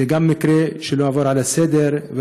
זה מקרה שלא עוברים עליו לסדר-היום,